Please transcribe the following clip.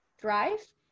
thrive